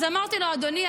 אז אמרתי לו: אדוני,